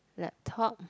laptop